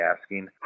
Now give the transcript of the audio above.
asking